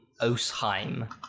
osheim